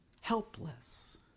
helpless